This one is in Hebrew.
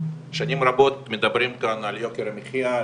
שנים רבות מדברים כאן על יוקר המחיה,